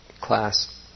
class